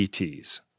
ETs